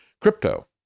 crypto